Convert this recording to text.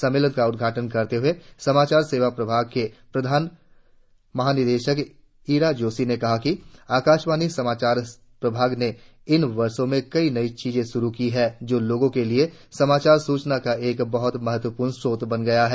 सम्मेलन का उद्घाटन करते हुए समाचार सेवा प्रभाग की प्रधान महानिदेशक ईरा जोशी ने कहा कि आकाशवाणी समाचार प्रभाग ने इन वर्षों ने कई नई चीजे शुरु की है जो लोगों के लिए समाचार सूचना का एक बहुत महत्वपूर्ण स्रोत बन गई है